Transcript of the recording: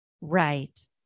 Right